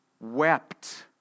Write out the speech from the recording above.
wept